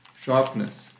sharpness